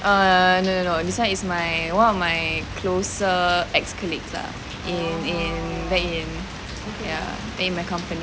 err no no no this [one] is one of my closer ex-colleagues ah in in back in ya back in the company